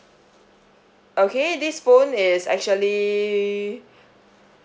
okay this phone is actually